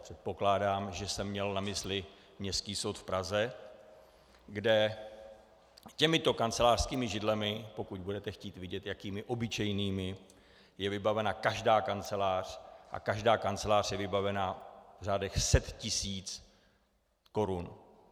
Předpokládá, že jsem měl na mysli Městský soud v Praze, kde těmito kancelářskými židlemi, pokud budete chtít vidět, jakými obyčejnými je vybavena každá kancelář, a každá kancelář je vybavena v řádech set tisíc korun.